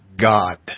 God